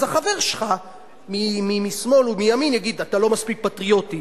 אז החבר שלך משמאל או מימין יגיד: אתה לא מספיק פטריוטי.